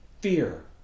fear